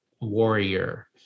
warrior